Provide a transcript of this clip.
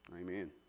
Amen